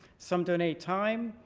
some donate time,